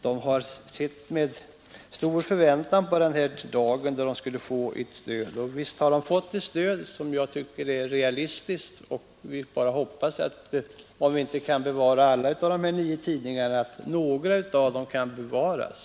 De har med stor förväntan sett fram mot den dag då de skulle få ett stöd. Och visst har de fått ett stöd, som jag tycker är realistiskt. Om inte alla nio tidningarna kan bevaras hoppas jag ändå att det skall gå att bevara några av dem. Jag tackar än en gång utrikesministern för svaret.